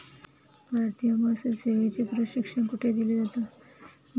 भारतीय महसूल सेवेचे प्रशिक्षण कोठे दिलं जातं?